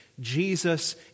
Jesus